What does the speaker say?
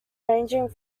ranging